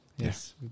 Yes